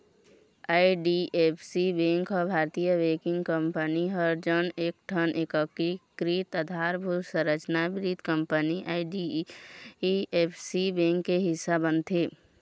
IDFC bank ह भारतीय banking company हरय जउन एकठन एकीकृत अधारभूत संरचना वित्त कंपनी आई.डी.एफ.सी बेंक के हिस्सा बनथे